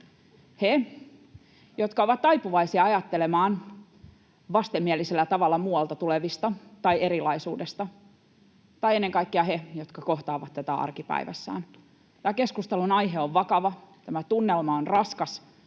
he, jotka ovat taipuvaisia ajattelemaan vastenmielisellä tavalla muualta tulevista tai erilaisuudesta, tai ennen kaikkea he, jotka kohtaavat tätä arkipäivässään? Tämän keskustelun aihe on vakava. Tämä tunnelma on raskas,